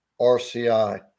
RCI